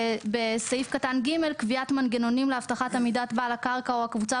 בסעיף קטן (ג) קביעת מנגנונים להבטחת עמידת בעל הקרקע או הקבוצה